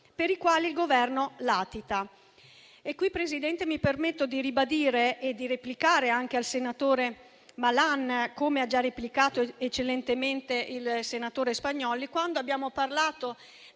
per i quali il Governo latita. Qui, Presidente, mi permetto di ribadire e di replicare al senatore Malan, come ha già fatto eccellentemente il senatore Spagnolli. Abbiamo parlato